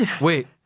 wait